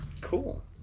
Cool